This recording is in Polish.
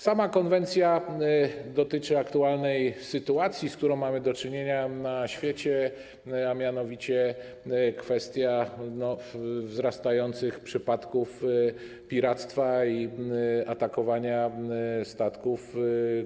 Sama konwencja dotyczy aktualnej sytuacji, z którą mamy do czynienia na świecie, a mianowicie jest to kwestia wzrastających przypadków piractwa i atakowania statków,